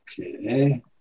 Okay